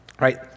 right